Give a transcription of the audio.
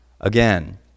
again